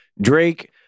Drake